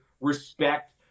respect